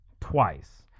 twice